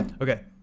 okay